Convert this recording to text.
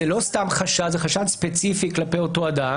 זה לא סתם חשד אלא זה חשד ספציפי כלפי אותו אדם